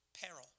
peril